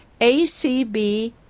ACB